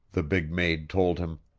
the big maid told him.